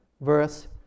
verse